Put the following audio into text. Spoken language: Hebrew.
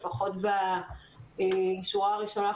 לפחות בשורה הראשונה,